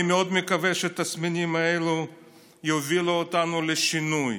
אני מאוד מקווה שהתסמינים האלה יביאו אותנו לשינוי.